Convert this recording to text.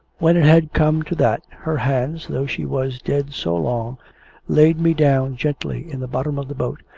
when it had come to that, her hands though she was dead so long laid me down gently in the bottom of the boat,